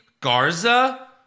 Garza